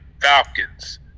Falcons